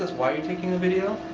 us why you're taking a video?